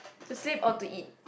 to sleep or to eat